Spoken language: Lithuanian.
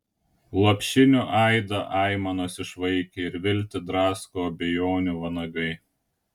lopšinių aidą aimanos išvaikė ir viltį drasko abejonių vanagai